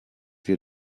wir